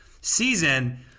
season